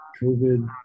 COVID